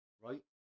right